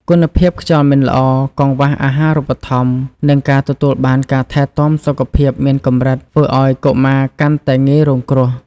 គុណភាពខ្យល់មិនល្អ កង្វះអាហារូបត្ថម្ភ និងការទទួលបានការថែទាំសុខភាពមានកម្រិត ធ្វើឱ្យកុមារកាន់តែងាយរងគ្រោះ។